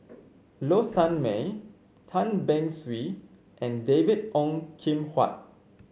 Low Sanmay Tan Beng Swee and David Ong Kim Huat